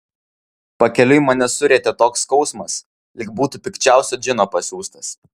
pakeliui mane surietė toks skausmas lyg būtų pikčiausio džino pasiųstas